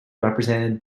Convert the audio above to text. represented